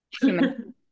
human